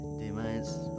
demise